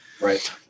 Right